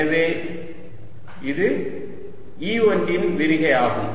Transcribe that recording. எனவே இது E1 இன் விரிகை ஆகும்